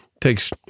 takes